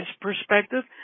perspective